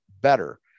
better